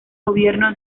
gobierno